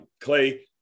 Clay